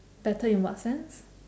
better in what sense